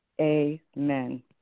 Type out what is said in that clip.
Amen